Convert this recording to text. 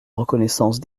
reconnaissance